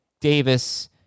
Davis